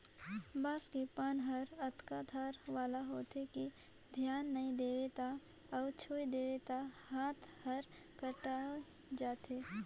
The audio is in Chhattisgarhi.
बांस के पाना हर अतना धार वाला होथे कि धियान नई देबे त अउ छूइ देबे त हात हर कटाय जाथे